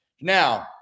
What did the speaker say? Now